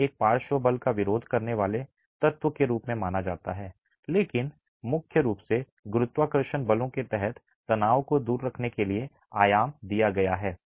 यह एक पार्श्व बल का विरोध करने वाले तत्व के रूप में माना जाता है लेकिन मुख्य रूप से गुरुत्वाकर्षण बलों के तहत तनाव को दूर रखने के लिए आयाम दिया गया है